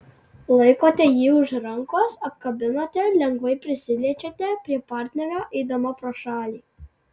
laikote jį už rankos apkabinate lengvai prisiliečiate prie partnerio eidama pro šalį